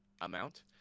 amount